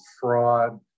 fraud